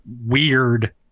weird